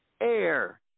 air